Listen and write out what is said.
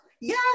Yes